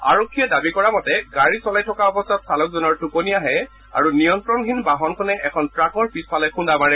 আৰক্ষীয়ে দাবী কৰা মতে গাড়ী চলাই থকা অৱস্থাত চালকজনৰ টুপনি আহে আৰু নিয়ন্ত্ৰণহীন বাহনখনে এখন ট্ৰাকৰ পিছফালে খুন্দা মাৰে